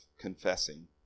confessing